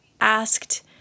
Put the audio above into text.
asked